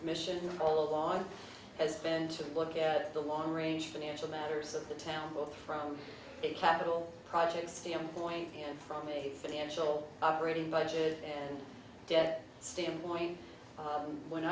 mission old boy has been to look at the long range financial matters of the town both from a capital project standpoint and from a financial operating budget debt standpoint when